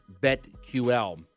BetQL